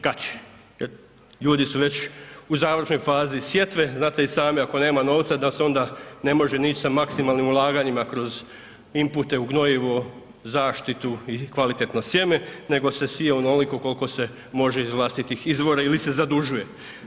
Kad će, ljudi su već u završnoj fazi sjetve, znate i sami ako nema novca da se onda ne može ni ići sa maksimalnim ulaganjima kroz impute u gnojivo, zaštitu i kvalitetno sjeme nego se sije onoliko koliko se može iz vlastitih izvora ili se zadužuje.